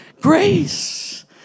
grace